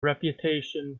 reputation